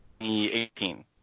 2018